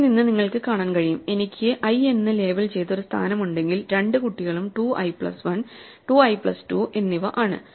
ഇതിൽ നിന്ന് നിങ്ങൾക്ക് കാണാൻ കഴിയും എനിക്ക് i എന്ന് ലേബൽ ചെയ്ത ഒരു സ്ഥാനം ഉണ്ടെങ്കിൽ രണ്ട് കുട്ടികളും 2 i പ്ലസ് 1 2 ഐ പ്ലസ് 2 എന്നിവ ആണ്